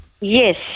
Yes